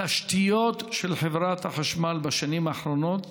התשתיות של חברת החשמל בשנים האחרונות